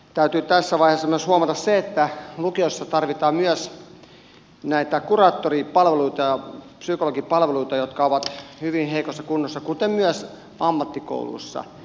täytyy tässä vaiheessa myös huomata se että lukiossa tarvitaan myös näitä kuraattoripalveluita ja psykologipalveluita jotka ovat hyvin heikossa kunnossa kuten myös ammattikoulussa